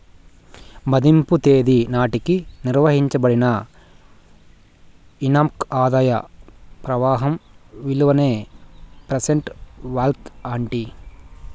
మదింపు తేదీ నాటికి నిర్వయించబడిన ఇన్కమ్ ఆదాయ ప్రవాహం విలువనే ప్రెసెంట్ వాల్యూ అంటీ